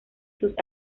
sus